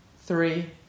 three